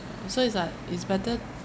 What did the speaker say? so it's like it's better